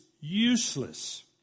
useless